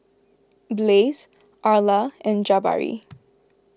Blaise Arla and Jabari